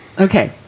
Okay